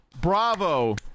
Bravo